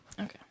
Okay